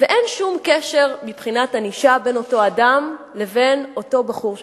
ואין שום קשר מבחינת ענישה בין אותו אדם לבין אותו בחור שנפגע.